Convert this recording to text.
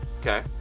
Okay